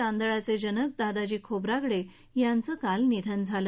तांदळाचज्जिनक दादाजी खोब्रागडज्ञांचं काल निधन झालं